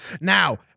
now